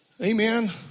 Amen